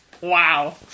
Wow